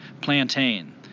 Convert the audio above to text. plantain